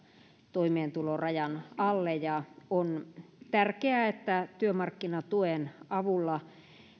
toimeentulorajan alle ja on tärkeää että työmarkkinatuen avulla